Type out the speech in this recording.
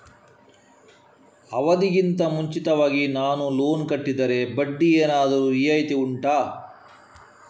ಅವಧಿ ಗಿಂತ ಮುಂಚಿತವಾಗಿ ನಾನು ಲೋನ್ ಕಟ್ಟಿದರೆ ಬಡ್ಡಿ ಏನಾದರೂ ರಿಯಾಯಿತಿ ಉಂಟಾ